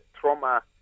trauma